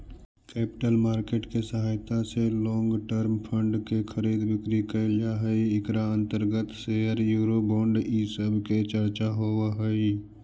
capital market के सहायता से लोंग टर्म फंड के खरीद बिक्री कैल जा हई इकरा अंतर्गत शेयर यूरो बोंड इ सब के चर्चा होवऽ हई